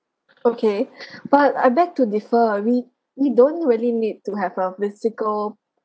okay but I beg to differ I mean you don't really need to have a physical